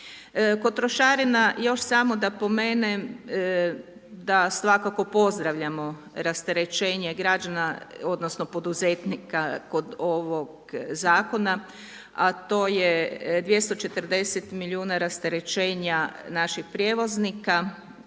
Kod trošarina još samo da pomenem da svakako pozdravljamo rasterećenje građana odnosno poduzetnika kod ovog Zakona, a to je 240 milijuna rasterećenja naših prijevoznika